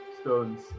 stones